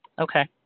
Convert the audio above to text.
Okay